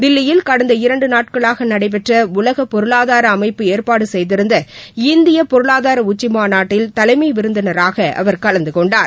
தில்லியில் கடந்த இரண்டு நாட்களாக நடைபெற்ற உலக பொருளாதார அமைப்பு ஏற்பாடு செய்திருந்த இந்தியப் பொருளாதார உச்சிமாநாட்டில் தலைமை விருந்தினராக அவர் கலந்து கொண்டார்